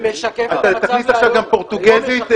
תכניס עכשיו גם פורטוגזית,